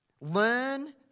learn